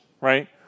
right